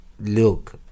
look